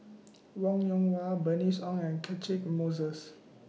Wong Yoon Wah Bernice Ong and Catchick Moses